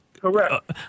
Correct